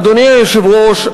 אדוני היושב-ראש,